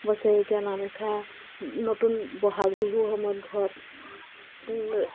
বছৰেকীয়া নাম এষাৰ নতুন বহাগ বিহুৰ সময়ত ঘৰত